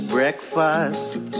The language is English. Breakfast